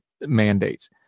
mandates